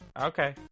okay